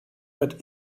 wird